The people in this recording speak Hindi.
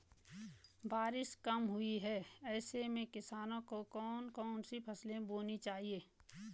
बारिश कम हुई है ऐसे में किसानों को कौन कौन सी फसलें बोनी चाहिए?